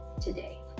today